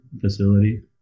facility